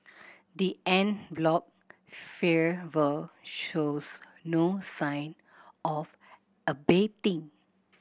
the en bloc fervour shows no sign of abating